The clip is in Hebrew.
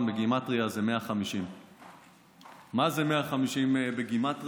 בגימטרייה זה 150. מה זה 150 בגימטרייה?